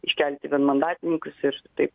iškelti vienmandatininkus ir tai